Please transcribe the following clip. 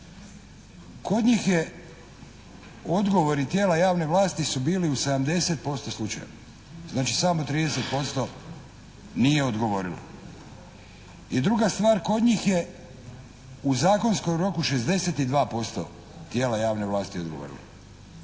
Kod njih je odgovori tijela javne vlasti su bili u 70% slučajeva. Znači, samo 30% nije odgovorilo. I druga stvar, kod njih je u zakonskom roku 62% tijela javne vlasti odgovorilo.